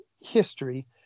history